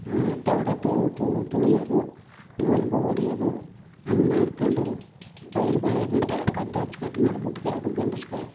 ತೆವ್ಡ ತುಳಿಯೋದು ಅಲ್ ಬೀ ಹೊಡಿಯೋದು ಹಂಗೆ ಮಾಡ್ಕೊಂಡು ಪೈರು ಬೆಳೆಯೋಗಂಟ ಕದ್ದ ಹಚ್ಕೊಟ್ಟು ಮಾಡಿ ಬಿಟ್ಕೊಳ್ಳೋದು ಗಂಡಸುಗಳು